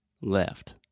left